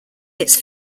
its